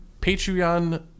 patreon